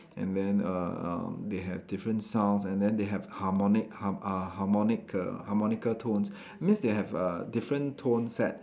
and then err um they have different sounds and then they have harmonic~ harm~ uh harmonica harmonica tones that means they have uh different tone set